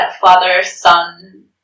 father-son